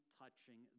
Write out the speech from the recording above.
touching